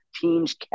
team's